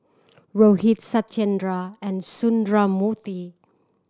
Rohit Satyendra and Sundramoorthy